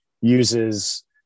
uses